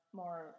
more